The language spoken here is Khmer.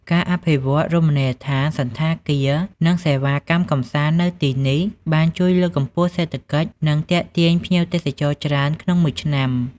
ការអភិវឌ្ឍន៍រមណីយដ្ឋាន សណ្ឋាគារ និងសេវាកម្មកម្សាន្តនៅទីនេះបានជួយលើកកម្ពស់សេដ្ឋកិច្ច និងទាក់ទាញភ្ញៀវទេសចរច្រើនក្នុងមួយឆ្នាំ។